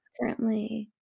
currently